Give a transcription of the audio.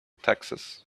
taxes